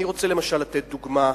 אדוני היושב-ראש, אני רוצה לתת דוגמה.